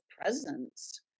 presence